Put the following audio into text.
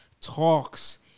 Talks